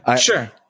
Sure